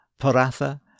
Paratha